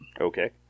Okay